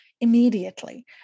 immediately